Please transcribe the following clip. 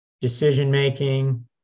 Decision-making